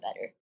better